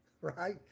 right